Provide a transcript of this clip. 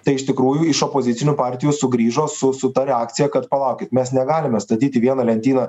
tai iš tikrųjų iš opozicinių partijų sugrįžo su su ta reakcija kad palaukit mes negalime statyt į vieną lentyną